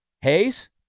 Hayes